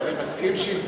אני מסכים שהזדקנתי.